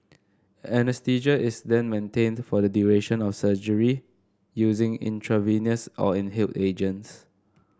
anaesthesia is then maintained for the duration of surgery using intravenous or inhaled agents